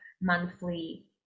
monthly